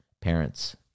parents